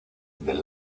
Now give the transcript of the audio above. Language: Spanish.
del